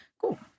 cool